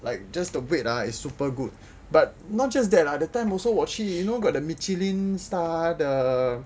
like just the wait ah is super good but not just ah that time also 我去 you know that time got a Michelin Star the